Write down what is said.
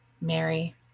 Mary